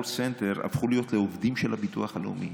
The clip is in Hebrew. הם הפכו להיות לעובדים של הביטוח הלאומי,